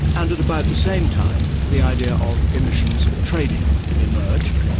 and at about the same time the idea of emissions trading emerged.